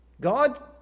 God